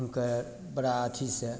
हुनकर बड़ा अथीसँ